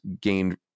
gained